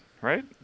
right